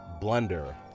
blunder